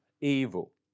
evil